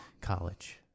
college